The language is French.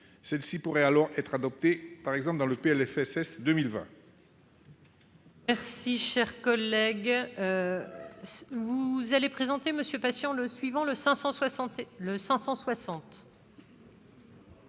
qui pourrait alors être adopté, par exemple dans le PLFSS pour